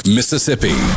Mississippi